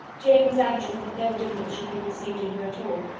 jane was anxious that no difference should be perceived in her at all,